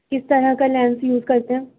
کس طرح کا لینس یوز کرتے ہیں